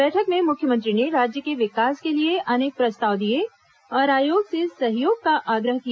बैठक में मुख्यमंत्री ने राज्य के विकास के लिए अनेक प्रस्ताव दिए और आयोग से सहयोग का आग्रह किया